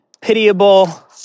pitiable